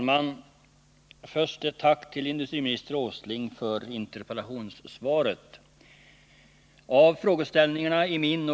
”Vi måste göra någonting nu ———.